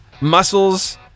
muscles